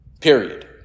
Period